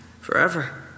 forever